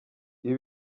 ibi